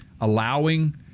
allowing